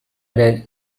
ere